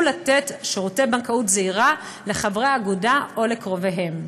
לתת שירותי בנקאות זעירה לחברי האגודה או לקרוביהם.